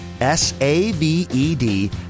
S-A-V-E-D